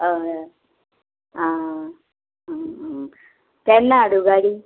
हय हय आं आं आं आं केन्ना हाडू गाडी